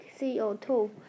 CO2